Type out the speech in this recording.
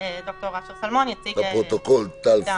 תיקון אחד